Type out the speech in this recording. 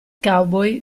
cowboy